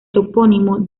topónimo